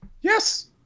Yes